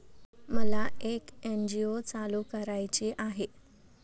मला एक एन.जी.ओ चालू करायची आहे